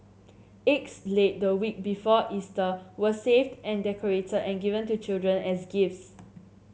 eggs laid the week before Easter were saved and decorated and given to children as gifts